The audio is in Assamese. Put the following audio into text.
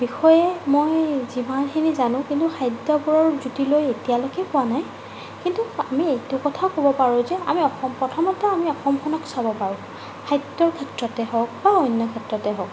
বিষয়ে মই যিমানখিনি জানোঁ কিন্তু খাদ্যবোৰৰ জুতি লৈ এতিয়ালৈকে পোৱা নাই কিন্তু আমি এইটো কথা ক'ব পাৰোঁ যে আমি অসম প্ৰথমতে আমি অসমখনক চাব পাৰোঁ খাদ্য ক্ষেত্ৰতে হওক বা অন্য ক্ষেত্ৰতে হওক